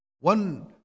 one